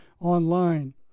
online